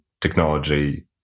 technology